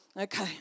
Okay